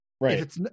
right